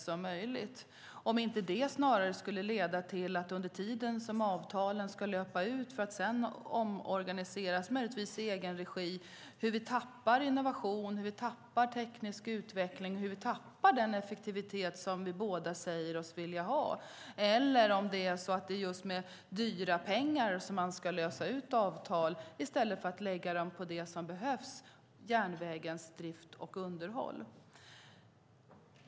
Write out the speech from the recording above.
Skulle inte det snarare leda till att vi tappar innovation, teknisk utveckling och den effektivitet som vi båda säger oss vilja ha, under tiden som avtalen ska löpa ut för att det sedan ska omorganiseras, möjligtvis i egen regi? Ska man med mycket pengar lösa ut avtal i stället för att lägga dem på det som behövs, järnvägens drift och underhåll?